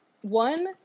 one